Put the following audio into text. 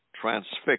transfixed